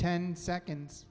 ten seconds